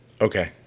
Okay